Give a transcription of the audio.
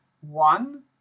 one